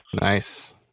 Nice